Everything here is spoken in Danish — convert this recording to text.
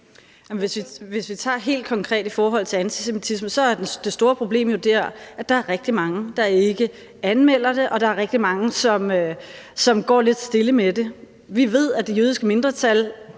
Hvis vi tager det helt konkret i forhold til antisemitisme, er det store problem jo der, at der er rigtig mange, der ikke anmelder det, og at der er rigtig mange, som går lidt stille med det. Vi ved, at det jødiske mindretal